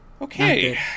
Okay